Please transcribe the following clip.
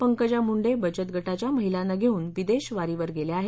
पंकजा मुंडे बचत गटाच्या महिलांना घेऊन विदेशवारीवर गेल्या आहेत